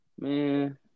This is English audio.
Man